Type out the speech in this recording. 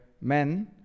men